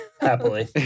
Happily